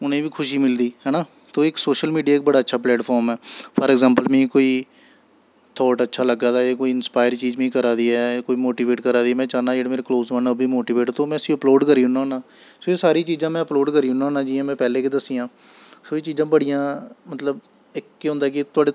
उ'नें गी बी खुशी मिलदी है ना तो इक सोशल मीडिया बी बड़ा अच्छा प्लेटफार्म ऐ फार अग्जैंपल मी कोई थाट अच्छा लग्गा दा ऐ जां कोई इंस्पायर चीज मी करा दी ऐ जां मोटिवेट करा दी ऐ में चाह्न्नां जेह्ड़े मेरे क्लोज वन ऐ ओह् बी मोटिवेट ते में उस्सी अपलोड करी ओड़ना होन्नां फिर सारी चीजां में अपलोड करी ओड़ना होन्नां जि'यां में पैह्लें गै दस्सियां सो एह् चीजां बड़ियां मतलब इक केह् होंदा कि तोआढ़े